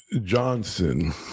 Johnson